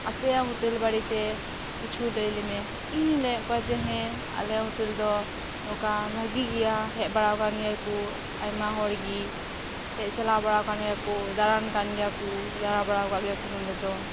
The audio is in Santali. ᱟᱯᱮᱭᱟᱜ ᱦᱳᱴᱮᱞ ᱵᱟᱨᱮ ᱛᱮ ᱠᱤᱪᱷᱩ ᱞᱟᱹᱭ ᱟᱞᱮᱢᱮ ᱤᱧ ᱢᱮᱱ ᱟᱠᱟᱣᱟᱫ ᱠᱚᱣᱟ ᱡᱮ ᱦᱮᱸ ᱟᱞᱮᱭᱟᱜ ᱦᱳᱴᱮᱞ ᱫᱚ ᱱᱚᱝᱠᱟ ᱵᱷᱟᱹᱜᱤ ᱜᱮᱭᱟ ᱦᱮᱡ ᱵᱟᱲᱟᱣ ᱟᱠᱟᱱ ᱜᱮᱭᱟ ᱠᱚ ᱟᱭᱢᱟ ᱦᱚᱲᱜᱮ ᱦᱮᱡ ᱪᱟᱞᱟᱣ ᱵᱟᱲᱟ ᱟᱠᱟᱱ ᱜᱮᱭᱟ ᱠᱚ ᱫᱟᱬᱟᱱ ᱠᱟᱱ ᱜᱮᱭᱟ ᱠᱚ ᱫᱟᱬᱟ ᱵᱟᱲᱟᱣ ᱟᱠᱟᱫ ᱜᱮᱭᱟ ᱠᱚ ᱱᱚᱰᱮ ᱫᱚ